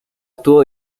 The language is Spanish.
estuvo